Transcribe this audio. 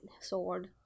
sword